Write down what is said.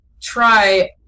try